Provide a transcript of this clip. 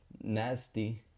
nasty